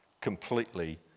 completely